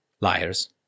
liars